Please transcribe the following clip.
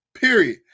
Period